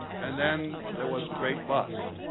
and then, there was the great bust,